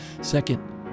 Second